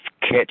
catch